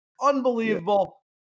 Unbelievable